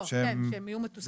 --- לא שהם יתאבדו,